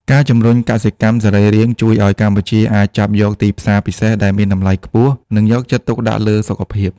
ការជំរុញកសិកម្មសរីរាង្គជួយឱ្យកម្ពុជាអាចចាប់យកទីផ្សារពិសេសដែលមានតម្លៃខ្ពស់ និងយកចិត្តទុកដាក់លើសុខភាព។